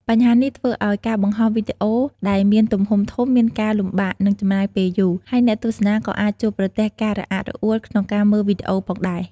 បញ្ហានេះធ្វើឲ្យការបង្ហោះវីដេអូដែលមានទំហំធំមានការលំបាក និងចំណាយពេលយូរ ហើយអ្នកទស្សនាក៏អាចជួបប្រទះការរអាក់រអួលក្នុងការមើលវីដេអូផងដែរ។